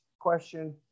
question